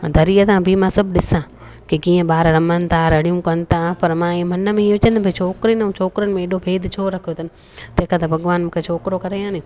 दरीअ था बीह मां सभु ॾिसां की कीअं ॿार रमनि था रड़ियूं कनि था पर मां इहो मन में इहो चईंदमि भई छोकिरियुनि ऐं छोकिरनि में हेॾो भेद छो रखियो अथनि तंहिं खां त भॻवानु मूंखे छोकिरो करे हा ने